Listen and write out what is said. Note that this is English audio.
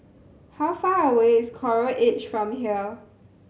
how far away is Coral Edge from here